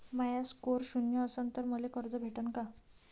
माया score शून्य असन तर मले कर्ज भेटन का?